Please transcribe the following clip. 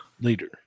later